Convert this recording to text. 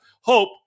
hope